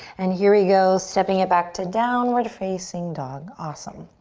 and here we go, stepping it back to downward facing dog, awesome.